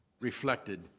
reflected